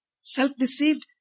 Self-deceived